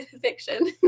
fiction